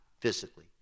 physically